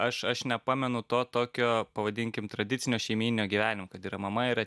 aš aš nepamenu to tokio pavadinkim tradicinio šeimyninio gyvenimo kad yra mama yra